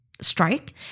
strike